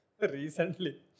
Recently